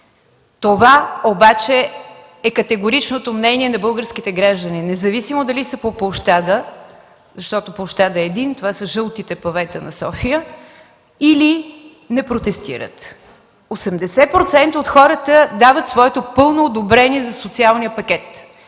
Това обаче е категоричното мнение на българските граждани, независимо дали са по площада (защото площадът е един – това са жълтите павета на София) или не протестират. Осемдесет процента от хората дават своето пълно одобрение за социалния пакет!